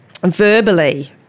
verbally